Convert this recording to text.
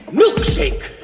milkshake